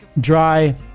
dry